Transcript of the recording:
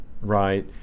Right